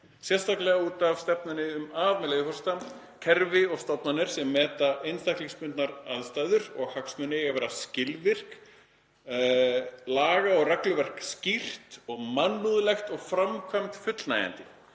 sérstaklega út af stefnunni sem þar er, með leyfi forseta: „Kerfi og stofnanir sem meta einstaklingsbundnar aðstæður og hagsmuni eiga að vera skilvirk, laga- og regluverk skýrt og mannúðlegt og framkvæmd fullnægjandi.